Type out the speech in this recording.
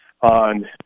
on